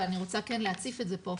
אבל אני רוצה להציף את זה פה,